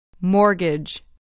Mortgage